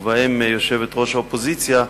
ובהם יושבת-ראש האופוזיציה,